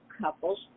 couples